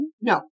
No